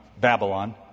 babylon